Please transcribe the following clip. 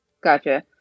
Gotcha